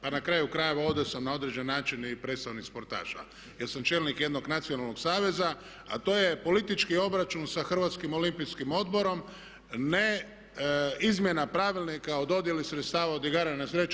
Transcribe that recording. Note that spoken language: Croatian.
Pa na kraju krajeva ovdje sam na određeni način i predstavnik sportaša jer sam čelnik jednog nacionalnog saveza, a to je politički obračun sa Hrvatskim olimpijskim odborom, ne izmjena Pravilnika o dodjeli sredstava od igara na sreću.